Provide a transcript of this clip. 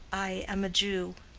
i am a jew.